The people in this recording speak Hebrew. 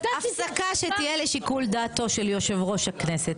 הפסקה שתהיה לשיקול דעתו של יושב-ראש הכנסת,